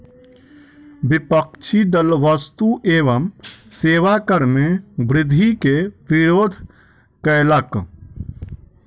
विपक्षी दल वस्तु एवं सेवा कर मे वृद्धि के विरोध कयलक